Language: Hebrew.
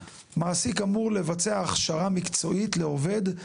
מעסיק אמור לבצע הכשרה מקצועית לעובד,